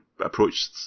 approached